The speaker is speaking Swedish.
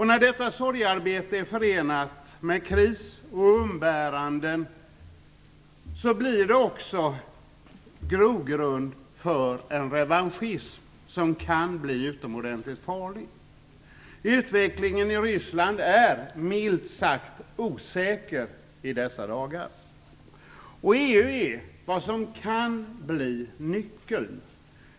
När detta sorgearbete är förenat med kris och umbäranden blir det också grogrund för en revanschism som kan bli utomordentligt farlig. Utvecklingen i Ryssland är, milt sagt, osäker i dessa dagar. EU är vad som kan bli nyckeln.